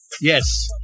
Yes